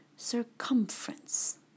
circumference